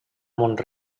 mont